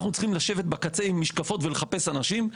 אנחנו צריכים לשבת בקצה עם משקפות ולחפש אנשים.